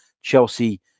Chelsea